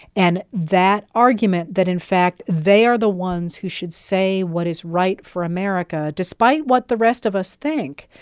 and that argument that, in fact, they are the ones who should say what is right for america, despite what the rest of us think,